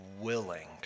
willing